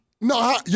No